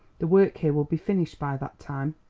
the work here will be finished by that time.